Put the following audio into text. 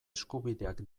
eskubideak